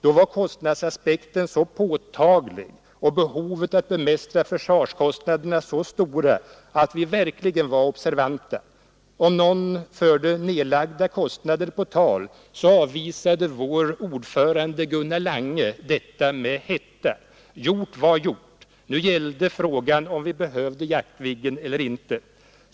Då var kostnadsaspekten så påtaglig och behovet av att bemästra försvarskostnaderna så stora att vi verkligen var observanta. Om någon förde nedlagda kostnader på tal, avvisade vår ordförande, Gunnar Lange, detta med hetta: Gjort var gjort — nu gällde frågan om vi behövde Jaktviggen eller inte.